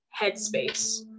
headspace